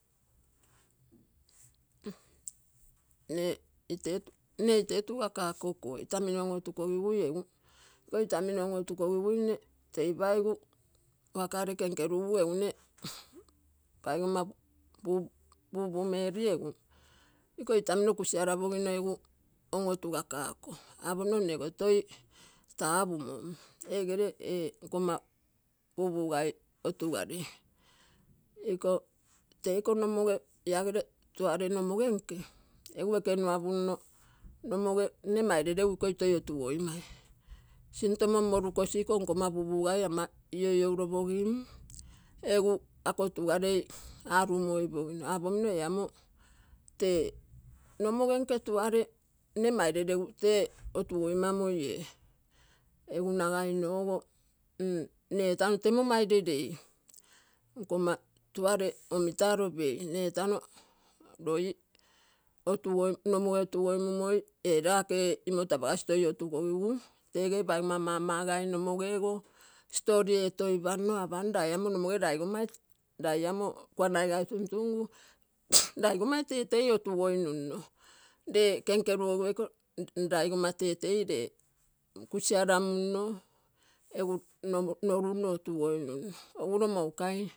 Nne ite otugakakokuo, itemino on-otukogigui egu, iko itaminio on-otukogiguine tei paigi ulaakale kenkerugugu egu nne paigomala bubu meri egu iko itamino kusiarapogino egu on-otugakako. Apomino nnego toi tapumom egere e nkoma bubu otugarei iko otugarei teiko momoge iagere tuare nomogenke, egu ekenua pumno nomoge nne ekenuapunno ikoi toi otugoinai. Sinto mommorukosi iko nkomma bubugai ama ioiolopogim. Egu ako otugarei arumuoipigino. Apomino e amo te nomoge nke tuare nne maire legu te otugoimamoi e. Egu nagainogo m-nne etano temmo maile lei nkomma tuare omitaro pei nne etano loi nomoge otugoi mum oi elake imoto apagasi toi otukogigu, tege paigomma mama gai nomogego satori etoipanno apam lai amo nomogego lai ama kuanaigai tumtumgu laigommai tetei otugoinumno. Le ken rugogigu eiko laigomma tetei le kusiaramuno egu, molunno otugoinumno ogulo mou kai.